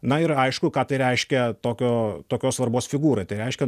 na ir aišku ką tai reiškia tokio tokios svarbos figūrai tai reiškia